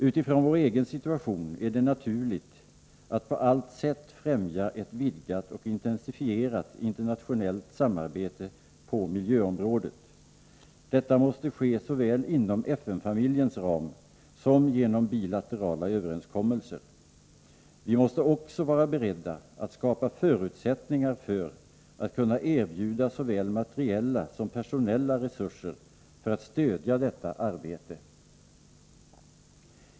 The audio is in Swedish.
Utifrån vår egen situation är det naturligt att på allt sätt främja ett vidgat och intensifierat internationellt samarbete på miljöområdet. Detta måste ske såväl inom FN-familjens ram som genom bilaterala överenskommelser. Vi måste också vara beredda att skapa förutsättningar för att kunna erbjuda såväl materiella som personella resurser för att stödja detta arbete.